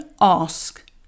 ask